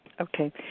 Okay